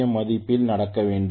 M மதிப்பில் நடக்க வேண்டும்